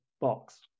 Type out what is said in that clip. box